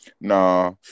Nah